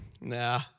Nah